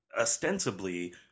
ostensibly